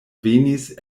venis